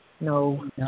no